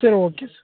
சரி ஓகே